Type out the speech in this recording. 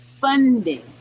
funding